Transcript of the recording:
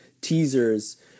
teasers